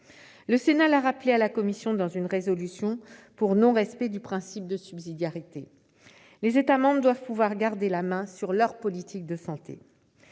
Le Sénat l'a rappelé à la Commission dans une résolution pour non-respect du principe de subsidiarité. Les États membres doivent pouvoir garder la main sur leur politique de santé.